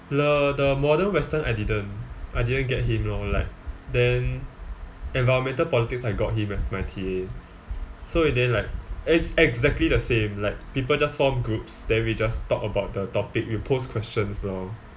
the the the modern western I didn't I didn't get him lor like then environmental politics I got him as my T_A so in the end like it's exactly the same like people just form groups then we just talk about the topic we post questions lor